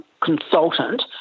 consultant